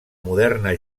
moderna